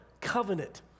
covenant